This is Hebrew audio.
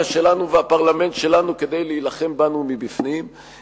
שלנו והפרלמנט שלנו כדי להילחם בנו מבפנים,